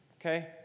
okay